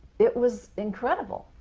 it was incredible,